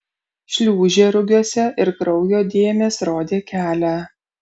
šliūžė rugiuose ir kraujo dėmės rodė kelią